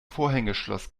vorhängeschloss